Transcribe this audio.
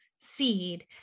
seed